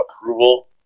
approval